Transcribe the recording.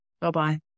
Bye-bye